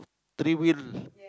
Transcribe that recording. three wheel